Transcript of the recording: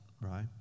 right